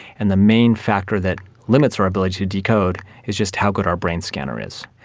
and the main factor that limits our ability to decode is just how good our brain scanner is.